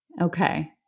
Okay